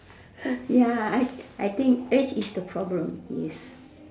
ya I I think age is the problem yes